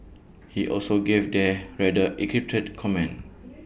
he also gave their rather cryptic comment